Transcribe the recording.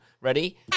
Ready